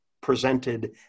presented